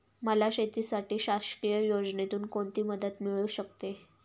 मला शेतीसाठी शासकीय योजनेतून कोणतीमदत मिळू शकते?